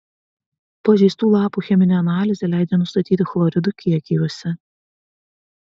pažeistų lapų cheminė analizė leidžia nustatyti chloridų kiekį juose